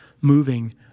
moving